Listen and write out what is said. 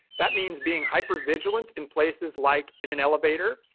that means being hyper vigilant in places like in an elevator,